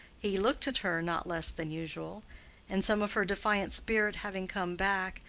he looked at her not less than usual and some of her defiant spirit having come back,